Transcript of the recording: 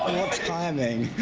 timing!